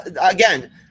again